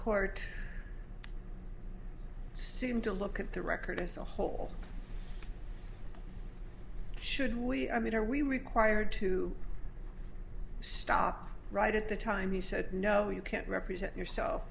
court seemed to look at the record as a whole should we i mean are we required to stop right at the time he said no you can't represent yourself